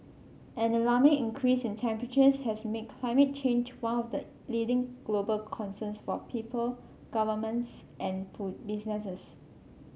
an alarming increase in temperatures has made climate change one of the leading global concerns for people governments and businesses